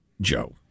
Joe